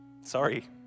Sorry